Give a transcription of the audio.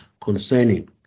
concerning